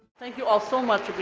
thank you all so much